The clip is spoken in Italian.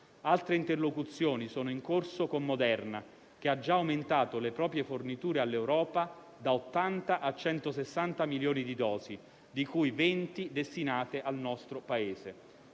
Altre interlocuzioni sono in corso con Moderna, che ha già aumentato le proprie forniture all'Europa da 80 a 160 milioni di dosi, di cui 20 destinate al nostro Paese.